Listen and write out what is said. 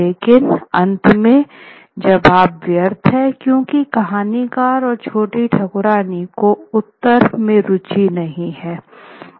लेकिन अंत में जवाब व्यर्थ है क्योंकि कहानीकार और छोटी ठाकुरायन को उत्तर में रुचि नहीं है